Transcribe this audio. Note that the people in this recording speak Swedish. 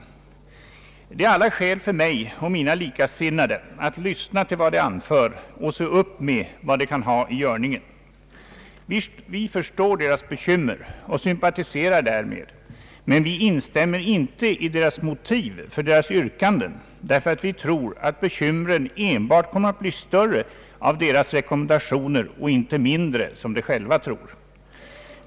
Det finns alla skäl för mig och mina likasinnade att lyssna till vad de anför och se upp med vad de kan ha i görningen. Vi förstår deras bekymmer och sympatiserar med dessa, men vi instämmer inte i motiven för deras yrkanden, ty vi tror att bekymren enbart kommer att bli större, om deras rekommendationer bifalles, och inte mindre som de själva tror.